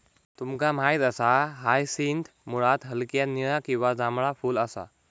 तुमका माहित असा हायसिंथ मुळात हलक्या निळा किंवा जांभळा फुल असा